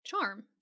charm